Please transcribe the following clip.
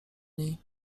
niej